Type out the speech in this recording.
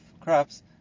crops